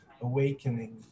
awakening